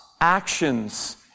actions